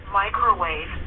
microwave